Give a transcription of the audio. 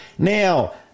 Now